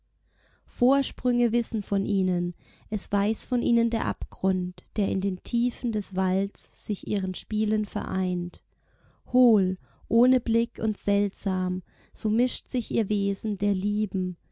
vorsprünge wissen von ihnen es weiß von ihnen der abgrund der in den tiefen des walds sich ihren spielen vereint hohl ohne blick und seltsam so mischt sich ihr wesen der lieben